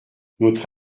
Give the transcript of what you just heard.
notre